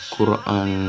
Quran